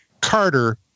Carter